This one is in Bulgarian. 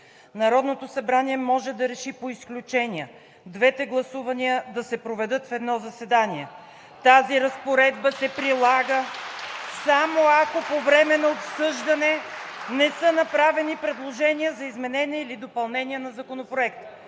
„Народното събрание може да реши по изключение двете гласувания да се проведат в едно заседание. (Ръкопляскания от „БСП за България“.) Тази разпоредба се прилага само ако по време на обсъждане не са направени предложения за изменения или допълнения на законопроекта.“